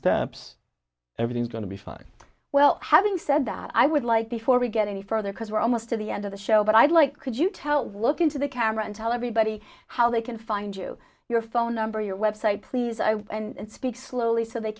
steps everything's going to be fine well having said that i would like before we get any further because we're almost to the end of the show but i'd like could you tell to look into the camera and tell everybody how they can find you your phone number your website please and speak slowly so they